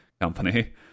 company